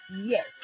Yes